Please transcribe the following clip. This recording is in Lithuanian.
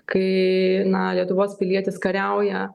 kai na lietuvos pilietis kariauja